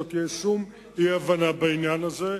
שלא תהיה שום אי-הבנה בעניין הזה.